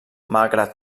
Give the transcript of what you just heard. malgrat